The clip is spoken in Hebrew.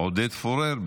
עודד פורר,